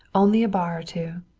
only a bar or two.